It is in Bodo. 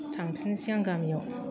थांफिनसै आं गामियाव